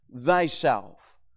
thyself